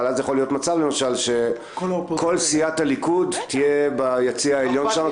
אבל אז יכול להיות מצב שכל סיעת הליכוד תהיה ביציע העליון.